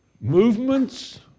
movements